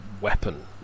weapon